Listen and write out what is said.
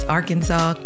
Arkansas